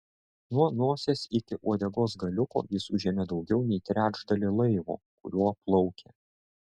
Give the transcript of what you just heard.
nuo nosies iki uodegos galiuko jis užėmė daugiau nei trečdalį laivo kuriuo plaukė